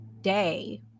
day